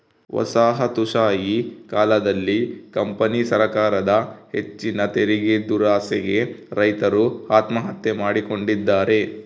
ವಸಾಹತುಶಾಹಿ ಕಾಲದಲ್ಲಿ ಕಂಪನಿ ಸರಕಾರದ ಹೆಚ್ಚಿನ ತೆರಿಗೆದುರಾಸೆಗೆ ರೈತರು ಆತ್ಮಹತ್ಯೆ ಮಾಡಿಕೊಂಡಿದ್ದಾರೆ